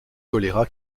choléra